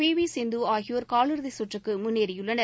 B V Sindhu ஆகியோர் காலிறுதிக்கு முன்னேறியுள்ளனர்